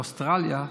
באוסטרליה,